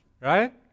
right